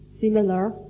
similar